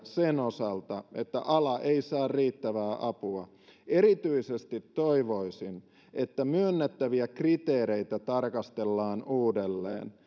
sen osalta että ala ei saa riittävää apua erityisesti toivoisin että myönnettäviä kriteereitä tarkastellaan uudelleen